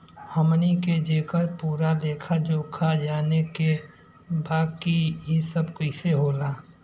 हमनी के जेकर पूरा लेखा जोखा जाने के बा की ई सब कैसे होला?